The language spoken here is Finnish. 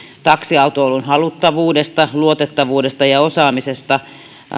taksiautoilun haluttavuudesta luotettavuudesta ja osaamisesta